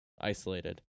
isolated